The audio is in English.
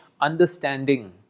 understanding